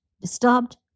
disturbed